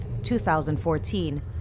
2014